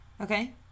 Okay